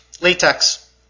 Latex